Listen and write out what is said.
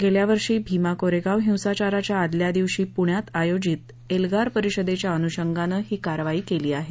गेल्या वर्षी भीमा कोरेगाव हिसाचाराच्या आदल्यादिवशी पृण्यात आयोजित एल्गार परिषदेच्या अनुषंगानं ही कारवाई केली आहे